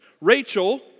Rachel